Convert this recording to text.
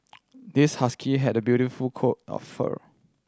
this husky had a beautiful coat of fur